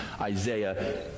Isaiah